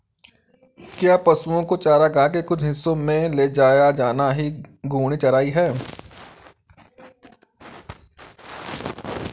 क्या पशुओं को चारागाह के कुछ हिस्सों में ले जाया जाना ही घूर्णी चराई है?